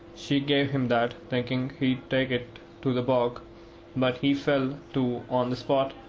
she gave him that, thinking he'd take it to the bog but he fell to on the spot,